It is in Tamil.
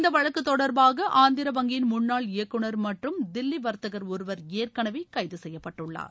இந்த வழக்கு தொடர்பாக ஆந்திரா வங்கியின் முன்னாள் இயக்குநர் மற்றும் தில்லி வர்த்தன் ஒருவர் ஏற்கனவே கைது செய்யப்பட்டுள்ளனர்